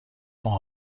ماه